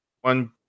one